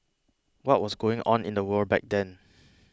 what was going on in the world back then